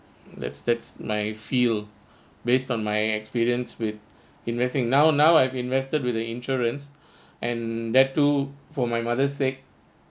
that's that's my feel based on my experience with investing now now I've invested with the insurance and that too for my mother's sake